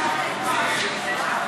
רוצה להגיד למה עזבת את משרד הכלכלה?